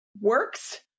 works